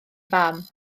fam